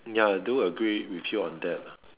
ya I do agree with you on that lah